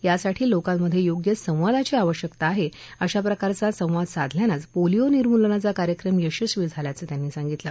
यासाठी लोकांमधे योग्य संवादाची आवश्यकता आहे अशा प्रकारचा संवाद साधल्यानंच पोलिओ निर्मूलनाचा कार्यक्रम यशस्वी झाल्याचं हर्षवर्धन यांनी सांगितलं